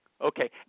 Okay